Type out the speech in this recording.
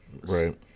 Right